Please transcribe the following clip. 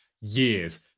years